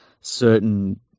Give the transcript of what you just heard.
certain